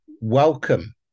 welcome